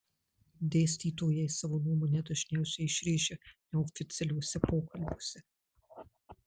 dėstytojai savo nuomonę dažniausiai išrėžia neoficialiuose pokalbiuose